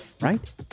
right